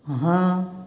हाँ